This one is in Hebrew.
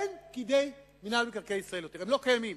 אין פקידי מינהל מקרקעי ישראל יותר, הם לא קיימים.